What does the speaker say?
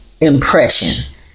impression